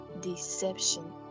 deception